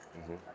mmhmm